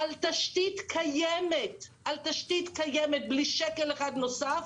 על תשתית קיימת בלי שקל אחד נוסף,